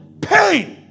pain